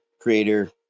creator